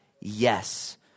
yes